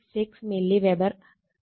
646 milliweber ഹരിക്കണം 1 ampere